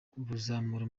kuzamura